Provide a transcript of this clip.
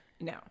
No